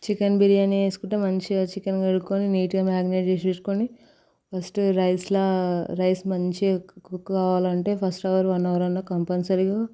chicken biryani చేసుకుంటే మంచిగా chicken కడుక్కొని నీట్గా మ్యాగ్నర్ చేసేసుకుని ఫస్ట్ రైస్ల రైస్ మంచిగా కుక్ కావాలంటే ఫస్ట్ అవర్ వన్ అవర్ అన్న కంపల్సరిగా